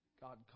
God